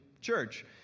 church